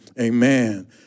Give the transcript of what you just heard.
amen